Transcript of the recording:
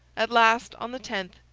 at last, on the tenth,